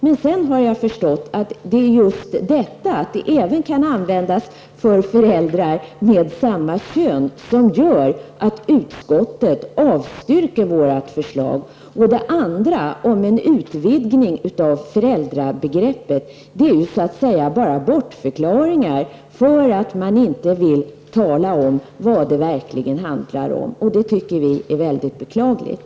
Men sedan har jag förstått att det är just detta, att det även kan användas för föräldrar med samma kön, som gör att utskottet avstyrker vårt förslag. Det man säger om en utvidgning av föräldrabegreppet är ju så att säga bara bortförklaringar, eftersom man inte vill tala om vad det verkligen handlar om. Det tycker vi är väldigt beklagligt.